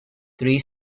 three